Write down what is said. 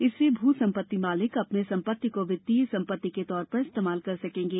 इससे भू संपत्ति मालिक अपने संपत्ति को वित्तीय संपत्ति के तौर पर इस्तेमाल कर सकेंगे